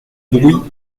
brouis